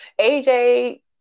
AJ